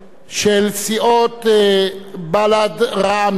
סיעות בל"ד, רע"ם-תע"ל וחד"ש,